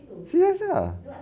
serious ah